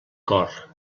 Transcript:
cor